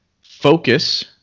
focus